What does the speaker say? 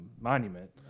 monument